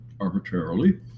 arbitrarily